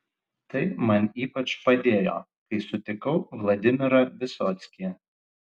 tai man ypač padėjo kai sutikau vladimirą vysockį